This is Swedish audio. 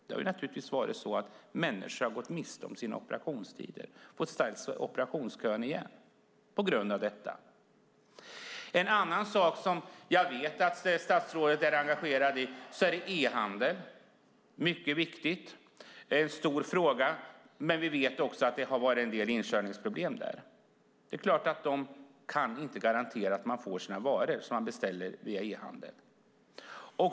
Det har naturligtvis varit så att människor har gått miste om sina operationstider och fått ställa sig i operationskön igen på grund av det som har hänt. En annan sak, som jag vet att statsrådet är engagerad i, är e-handel. Den är mycket viktig. Det är en stor fråga. Men vi vet också att det har varit en del inkörningsproblem där. Det är klart att säljarna inte kan garantera leveransen av de varor som man beställer via e-handel.